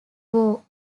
war